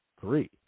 Three